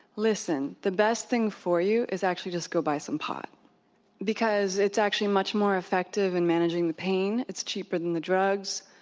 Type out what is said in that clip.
listen, the best thing for you is actually just go buy some pot because it's actually much more effective in and managing the pain, it's cheaper than the drugs,